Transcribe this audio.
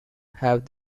have